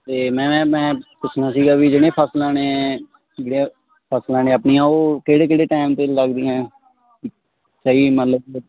ਅਤੇ ਮੈਮ ਮੈਂ ਪੁੱਛਣਾ ਸੀਗਾ ਵੀ ਜਿਹੜੀਆਂ ਫਸਲਾਂ ਨੇ ਜਿਹੜੀਆਂ ਫਸਲਾਂ ਨੇ ਆਪਣੀਆਂ ਉਹ ਕਿਹੜੇ ਕਿਹੜੇ ਟਾਈਮ 'ਤੇ ਲੱਗਦੀਆਂ ਹੈ ਸਹੀ ਮਤਲਬ